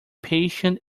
patient